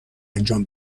انجام